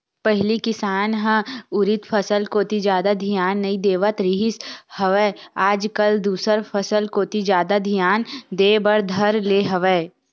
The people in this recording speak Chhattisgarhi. पहिली किसान ह उरिद फसल कोती जादा धियान नइ देवत रिहिस हवय आज कल दूसर फसल कोती जादा धियान देय बर धर ले हवय